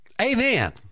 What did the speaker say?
amen